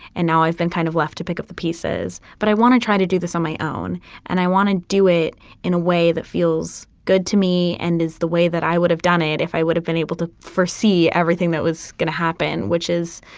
and now i've been kind of left to pick up the pieces. but i want to try to do this on my own and i want to do it in a way that feels good to me and is the way that i would have done it if i would have been able to foresee everything that was going to happen, which is,